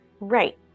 Right